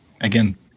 again